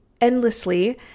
endlessly